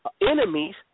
enemies